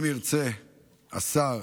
אם ירצה השר,